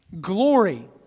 Glory